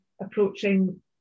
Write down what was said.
approaching